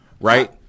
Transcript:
right